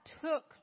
took